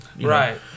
Right